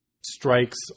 strikes